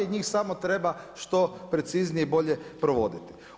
Njih samo treba što preciznije i bolje provoditi.